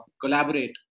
collaborate